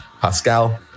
Pascal